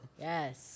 Yes